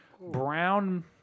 brown